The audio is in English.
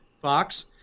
Fox